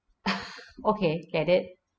okay get it